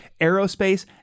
aerospace